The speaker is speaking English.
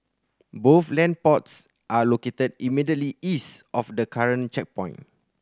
both land plots are located immediately east of the current checkpoint